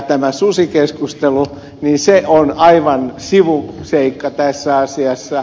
tämä susikeskustelu on aivan sivuseikka tässä asiassa